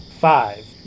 Five